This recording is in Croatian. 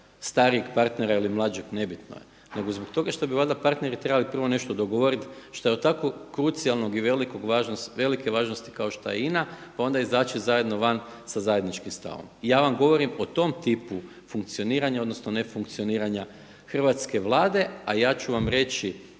starijeg partnera ili mlađeg nebitno je, nego zbog toga što bi valjda partneri trebali prvo nešto dogovoriti što je od tako krucijalnog i velike važnosti kao što je INA, pa onda izaći zajedno van sa zajedničkim stavom. Ja vam govorim o tom tipu funkcioniranja odnosno nefunkcioniranja hrvatske Vlade. A ja ću vam reći